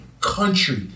Country